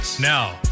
Now